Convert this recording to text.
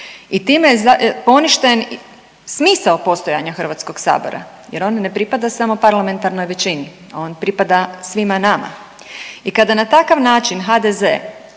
I time je poništen smisao postojanja Hrvatskog sabora, jer on ne pripada samo parlamentarnoj većini. On pripada svima nama. I kada na takav način HDZ